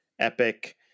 epic